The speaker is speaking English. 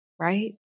Right